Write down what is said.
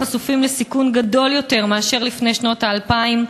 חשופים לסיכון גדול יותר מאשר לפני שנות האלפיים.